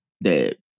that-